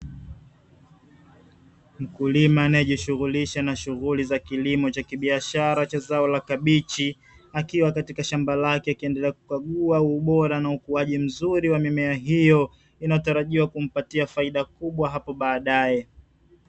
Mkulima anayejishughulisha na shughuli za kilimo cha kibiashara cha zao la kabichi, akiwa katika shamba lake, akiendelea kukagua ubora na ukuaji mzuri wa mimea hiyo. Inatarajiwa kumpatia faida kubwa hapo baadaye.